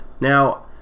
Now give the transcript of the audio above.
Now